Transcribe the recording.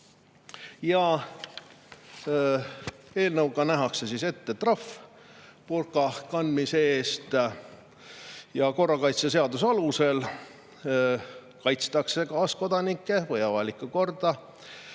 Eelnõuga nähakse ette trahv burka kandmise eest. Korrakaitseseaduse alusel kaitstakse kaaskodanikke või avalikku korda